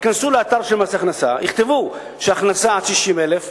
ייכנסו לאתר של מס הכנסה ויכתבו שההכנסה היא עד 60,000 שקל,